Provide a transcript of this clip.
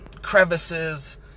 crevices